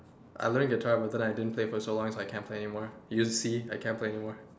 I'm going to get tired but then I didn't play for so long cause I can't play anymore did you see I can't play anymore